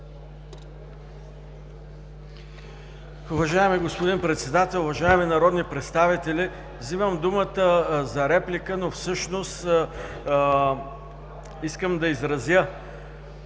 Уважаеми господин Председател, уважаеми народни представители! Взимам думата за реплика, но всъщност искам да изразя